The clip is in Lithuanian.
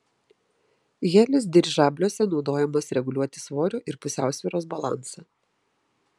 helis dirižabliuose naudojamas reguliuoti svorio ir pusiausvyros balansą